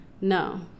no